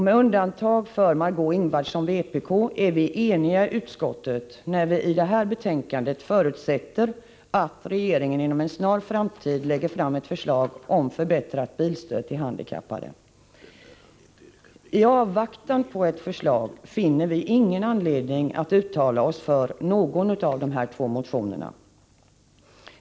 Med undantag för Margö Ingvardsson, vpk, är vi eniga i utskottet när vi i detta betänkande förutsätter att regeringen inom en snar framtid lägger fram förslag om förbättrat bilstöd till handikappade. I avvaktan på ett förslag finner vi ingen anledning att uttala oss för någon av dessa två motioner.